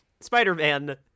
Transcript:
Spider-Man